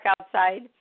outside